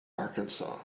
arkansas